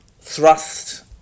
thrust